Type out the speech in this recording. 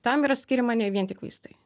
tam yra skiriama ne vien tik vaistai